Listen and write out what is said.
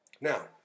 Now